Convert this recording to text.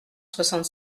soixante